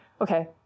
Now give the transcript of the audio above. okay